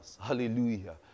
Hallelujah